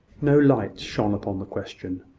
no light shone upon the question,